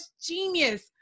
genius